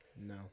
No